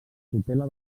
tutela